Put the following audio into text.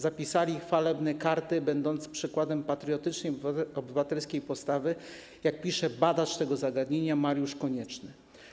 Zapisali chwalebne karty, będąc przykładem patriotycznej, obywatelskiej postawy, jak pisze badacz tego zagadnienia Mariusz Konieczny.